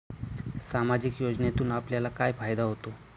सामाजिक योजनेतून आपल्याला काय फायदा होतो?